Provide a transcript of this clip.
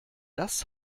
das